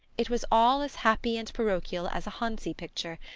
it was all as happy and parochial as a hansi picture,